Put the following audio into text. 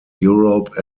europe